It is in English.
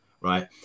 right